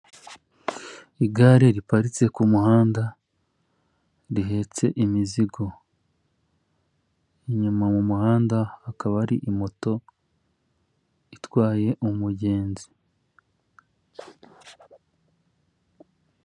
Igare riparitse ku muhanda rihetse imizigo inyuma mu muhanda hakaba hari imoto itwaye umugenzi.